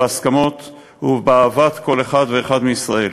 בהסכמות ובאהבת כל אחד ואחד מישראל.